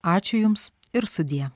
ačiū jums ir sudie